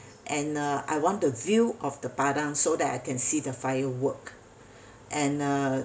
and uh I want the view of the padang so that I can see the firework and uh